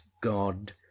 God